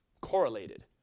correlated